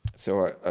so